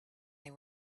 they